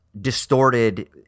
distorted